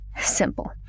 Simple